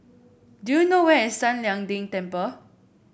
do you know where is San Lian Deng Temple